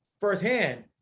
firsthand